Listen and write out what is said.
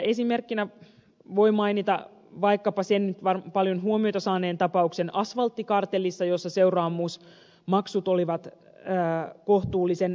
esimerkkinä seuraamusjärjestelmästä voi mainita vaikkapa sen paljon huomiota saaneen tapauksen asfalttikartellissa jossa seuraamusmaksut olivat kohtuulliset suuret